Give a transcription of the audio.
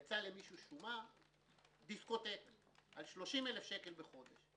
יצאה למישהו שומה על דיסקוטק, 30 אלף שקל בחודש.